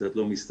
קצת לא מסתדר,